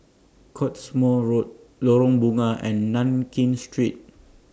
Cottesmore Road Lorong Bunga and Nankin Street